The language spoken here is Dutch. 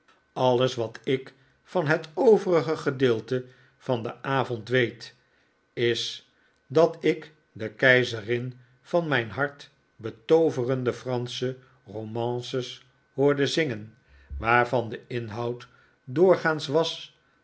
alles wat ik van het overige gedeelte van den avond weet is dat ik de keizerin van mijn hart betooverende fransche romances hoorde zingen waarvan de inhoud doorgaans was